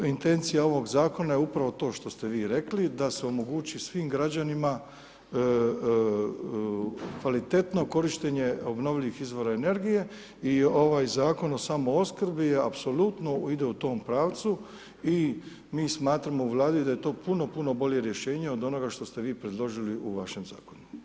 Intencija ovog zakona je upravo to što ste vi rekli, da se omogući svim građanima kvalitetno korištenje obnovljivih izvora energije i ovaj Zakon o samoopskrbi apsolutno ide u tom pravcu i mi smatramo u Vladi da je to puno, puno bolje rješenje od onoga što ste vi predložili u vašem zakonu.